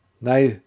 now